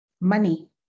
Money